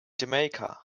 jamaica